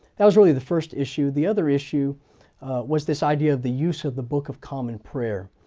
that was really the first issue. the other issue was this idea of the use of the book of common prayer.